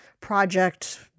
project